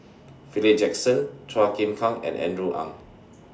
Philip Jackson Chua Chim Kang and Andrew Ang